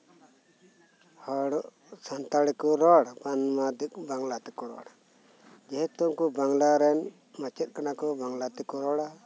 ᱦᱚᱲ ᱥᱟᱱᱛᱟᱲ ᱛᱮᱠᱚ ᱨᱚᱲ ᱵᱟᱝ ᱵᱟᱝᱞᱟ ᱛᱮᱠᱚ ᱨᱚᱲ ᱡᱮᱦᱮᱛᱩ ᱩᱱᱠᱩ ᱵᱟᱝᱞᱟ ᱨᱮᱱ ᱢᱟᱪᱮᱫ ᱠᱟᱱᱟ ᱠᱚ ᱵᱝᱞᱟ ᱛᱮᱠᱚ ᱨᱚᱲᱟ